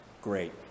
Great